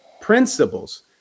principles